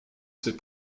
ses